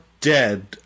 dead